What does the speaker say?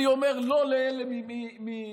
אני אומר לא לאלה מאריתריאה,